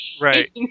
Right